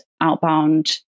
outbound